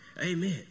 Amen